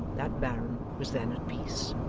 that baron was then at peace.